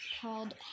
called